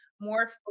more